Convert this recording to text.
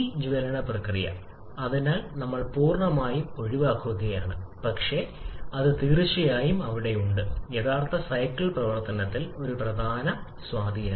ഈ ജ്വലന പ്രക്രിയ അതിനാൽ നമ്മൾ പൂർണ്ണമായും ഒഴിവാക്കുകയാണ് പക്ഷേ അത് തീർച്ചയായും ഉണ്ട് യഥാർത്ഥ സൈക്കിൾ പ്രവർത്തനത്തിൽ ഒരു പ്രധാന സ്വാധീനം